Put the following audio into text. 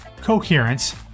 coherence